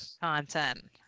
content